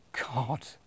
God